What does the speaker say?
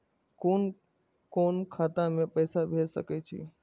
कुन कोण खाता में पैसा भेज सके छी?